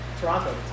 Toronto